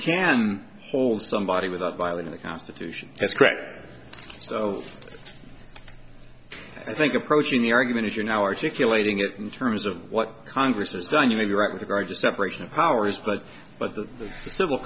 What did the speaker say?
can hold somebody without violating the constitution that's correct so i think approaching the argument if you're now articulating it terms of what congress has done you may be right with regard to separation of powers but but the civil